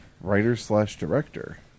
Writer-slash-director